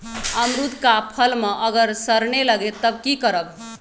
अमरुद क फल म अगर सरने लगे तब की करब?